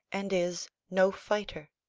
and is no fighter.